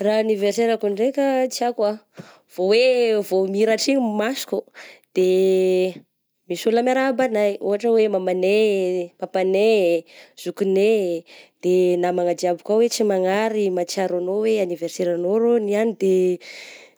Raha anniversaire ako ndraika tiako ah, vao hoe vao mihiratra igny ny masoko de misy olona miarahaba anay ohatra hoe mamanay, papanay, zokinay, de namagna jiaby koa hoe tsy magnary mahatsiaro anao hoe anniversaire anao rô niany de